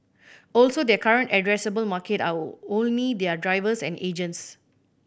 also their current addressable market are only their drivers and agents